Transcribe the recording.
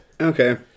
Okay